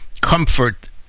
comfort